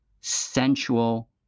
sensual